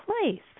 place